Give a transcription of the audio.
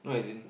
no as in